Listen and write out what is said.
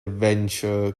venture